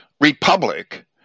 Republic